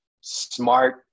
smart